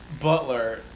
Butler